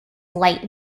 light